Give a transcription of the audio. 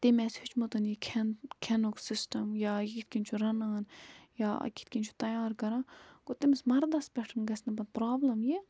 تٔمۍ آسہِ ہٮ۪چھمُت یہِ کھٮ۪ن کھٮ۪نُک سِسٹم یا یہِ کِتھ کٔنۍ چھُ رَنان یا کِتھ کٔنۍ چھُ تِیار کران گوٚو تٔمِس مَردَس پٮ۪ٹھ گژھِ نہٕ پَتہٕ پرابلِم یہِ